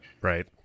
Right